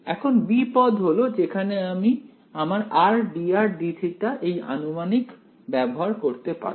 এখন b পদ হল যেখানে আমি আমার r dr dθ এই আনুমানিক ব্যবহার করতে পারব